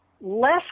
less